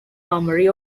armory